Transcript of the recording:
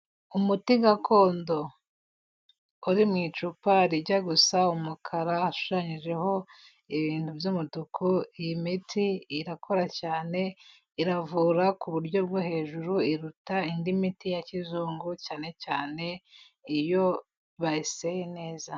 Umuti gakondo. Uri mu icupa rijya gusa umukara hashushanyijeho ibintu by'umutuku, iyi miti irakora cyane, iravura ku buryo bwo hejuru, iruta indi miti ya kizungu cyane cyane iyo bayiseye neza.